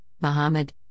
Muhammad